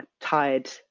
tired